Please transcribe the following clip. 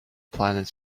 planet